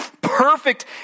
perfect